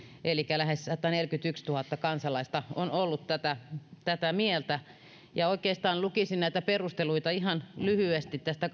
elikkä lähes sataneljäkymmentätuhatta kansalaista on ollut tätä tätä mieltä oikeastaan lukisin näitä perusteluita ihan lyhyesti tästä